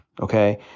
Okay